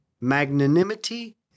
magnanimity